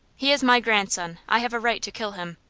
he is my grandson. i have a right to kill him.